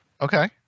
Okay